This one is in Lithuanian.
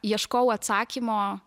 ieškojau atsakymo